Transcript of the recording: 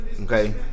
Okay